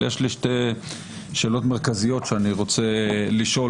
אבל יש לי שתי שאלות מרכזיות שאני רוצה לשאול